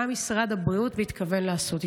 מה משרד הבריאות מתכוון לעשות איתן?